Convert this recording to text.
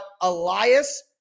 Elias